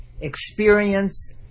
experience